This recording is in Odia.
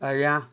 ଆଜ୍ଞା